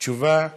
תשובה עניינית,